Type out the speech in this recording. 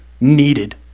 needed